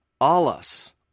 Alas